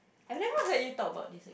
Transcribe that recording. I never heard you talk about this